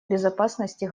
безопасности